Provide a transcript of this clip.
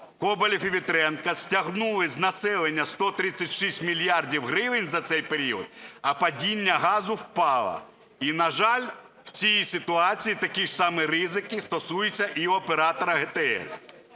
Коболєв і Вітренко) стягнули з населення 136 мільярдів гривень за цей період, а падіння газу впало, і, на жаль, в цій ситуації такі ж самі ризики стосуються і Оператора ГТС.